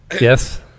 Yes